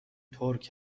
ترک